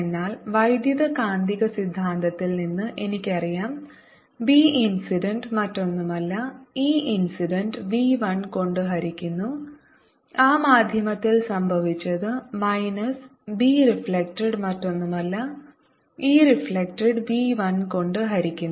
എന്നാൽ വൈദ്യുതകാന്തിക സിദ്ധാന്തത്തിൽ നിന്ന് എനിക്കറിയാം b ഇൻസിഡന്റ് മറ്റൊന്നുമല്ല e ഇൻസിഡന്റ് v 1 കൊണ്ട് ഹരിക്കുന്നു ആ മാധ്യമത്തിലെ സംഭവിച്ചത് മൈനസ് b റിഫ്ലെക്ടഡ് മറ്റൊന്നുമല്ല e റിഫ്ലെക്ടഡ് v 1 കൊണ്ട് ഹരിക്കുന്നു